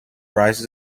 rises